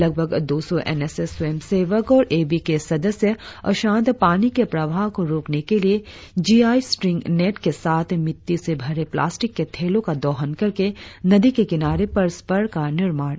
लगभग दो सौ एन एस एस स्वयं सेवक और ए बी के सदस्य अशांत पानी के प्रवाह को रोकने के लिए जी आई स्ट्रिंग नेट के साथ मिट्टी से भरे प्लास्टिक के थैलों का दोहन करके नदी के किनारे पर स्पर का निर्माण किया